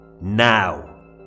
now